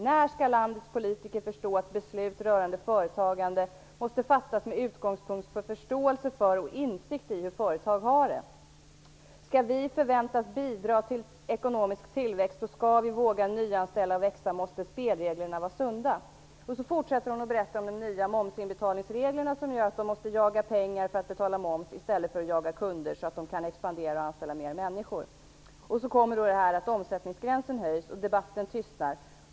När skall landets politiker förstå att beslut rörande företagande måste fattas med utgångspunkt från förståelse för och insikt i hur företag har det? Skall vi förväntas bidra till ekonomisk tillväxt och skall vi våga nyanställa och växa måste spelreglerna vara sunda." Sedan fortsätter brevskriverskan att berätta om de nya momsinbetalningsreglerna som gör att man måste jaga pengar för att betala moms i stället för att jaga kunder så att man kan expandera och anställa fler människor: "Omsättningsgränsen höjs och debatten tystnar.